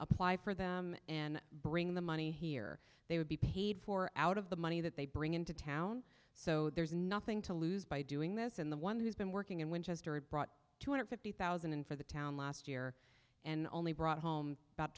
apply for them and bring the money here they would be paid for out of the money that they bring into town so there's nothing to lose by doing this in the one who's been working in winchester brought two hundred and fifty thousand in for the town last year and only brought home about